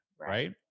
right